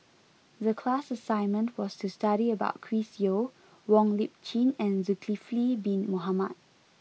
the class assignment was to study about Chris Yeo Wong Lip Chin and Zulkifli bin Mohamed